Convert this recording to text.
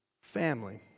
family